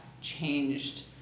changed